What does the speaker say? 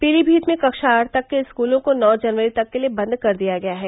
पीलीभीत में कक्षा आठ तक के स्कूलों को नौ जनवरी तक के लिये बन्द कर दिया गया है